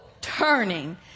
turning